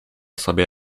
sobie